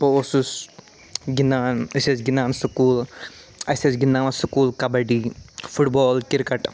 بہٕ اوسُس گِنٛدان أسۍ ٲسۍ گِنٛدان سُکوٗل اسہِ ٲسۍ گِنٛدناوان سُکوٗل کَبَڈی فُٹبال کرکٹ